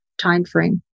timeframe